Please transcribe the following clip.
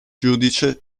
giudice